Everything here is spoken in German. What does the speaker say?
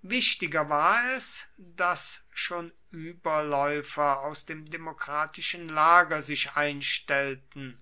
wichtiger war es daß schon überläufer aus dem demokratischen lager sich einstellten